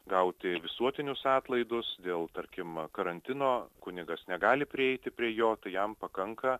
gauti visuotinius atlaidus dėl tarkim karantino kunigas negali prieiti prie jo tai jam pakanka